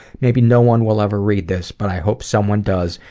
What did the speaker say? maybe no one will ever read this, but i hope someone does,